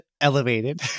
Elevated